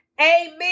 Amen